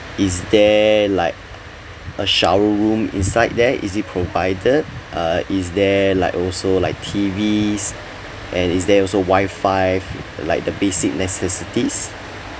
is there like a shower room inside there is it provided uh is there like also like T_Vs and is there also wifi like the basic necessities